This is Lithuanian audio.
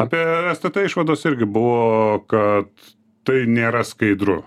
apie stt išvados irgi buvo kad tai nėra skaidru